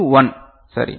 இது 1 சரி